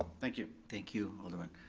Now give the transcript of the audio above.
thank you. thank you, alderman.